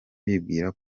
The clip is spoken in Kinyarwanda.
bibwira